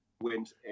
went